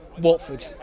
Watford